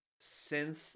synth